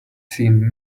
seen